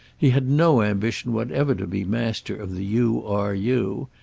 he had no ambition whatever to be master of the u. r. u.